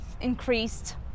increased